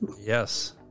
Yes